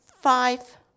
five